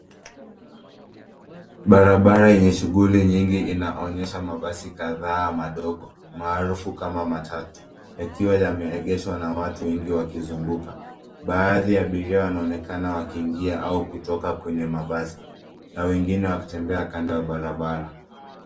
Barabara yenye shughuli nyingi inaonyesha mabasi kadhaa madogo maarufu kama matatu yakiwa yameegeshwa na watu wengi wakizunguka. Baadhi ya abiria wanaonekana wakiingia au kutoka kwenye mabasi na wengine wakitembea kando ya barabara.